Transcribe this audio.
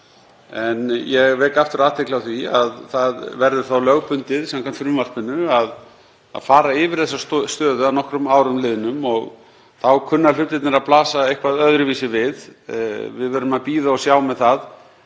Ég vek aftur athygli á því að það verður lögbundið samkvæmt frumvarpinu að fara yfir þessa stöðu að nokkrum árum liðnum og þá kunna hlutirnir að blasa eitthvað öðruvísi við. Við verðum að bíða og sjá með það.